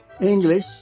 English